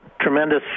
tremendous